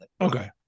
okay